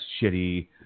shitty